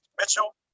Mitchell